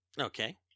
Okay